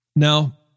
Now